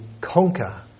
conquer